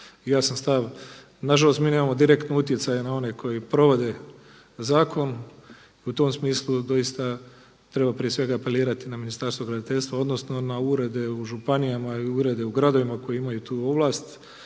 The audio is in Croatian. jasan stav. Nažalost mi nemamo direktno utjecaja na one koji provode zakon i u tom smislu doista treba prije svega apelirati na Ministarstvo graditeljstva odnosno na urede u županijama i urede u gradovima koji imaju tu ovlast